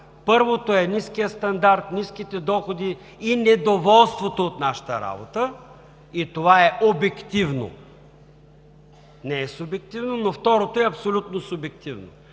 Първото е ниският стандарт, ниските доходи и недоволството от нашата работа – и това е обективно, не е субективно, но второто е абсолютно субективно.